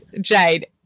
Jade